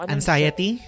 Anxiety